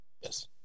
Yes